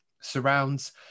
surrounds